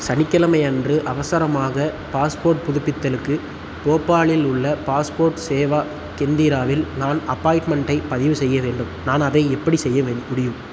சனிக்கிழமை அன்று அவசரமாக பாஸ்போர்ட் புதுப்பித்தலுக்கு போபாலில் உள்ள பாஸ்போர்ட் சேவா கேந்திராவில் நான் அப்பாயிண்ட்மெண்ட்டை பதிவு செய்ய வேண்டும் நான் அதை எப்படி செய்ய வேண் முடியும்